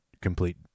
complete